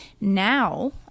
now